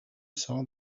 saw